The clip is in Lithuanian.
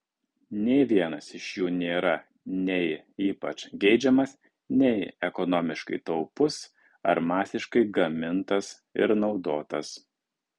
nė vienas iš jų nėra nei ypač geidžiamas nei ekonomiškai taupus ar masiškai gamintas ir naudotas